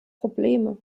probleme